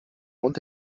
und